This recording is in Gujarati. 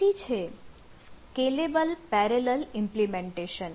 પછી છે સ્કેલેબલ પેરેલલ ઇમ્પ્લીમેન્ટેશન